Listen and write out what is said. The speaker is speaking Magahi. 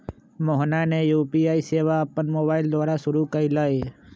मोहना ने यू.पी.आई सेवा अपन मोबाइल द्वारा शुरू कई लय